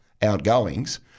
outgoings